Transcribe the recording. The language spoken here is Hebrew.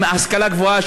עם השכלה גבוהה,